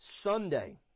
Sunday